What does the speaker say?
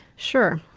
sure.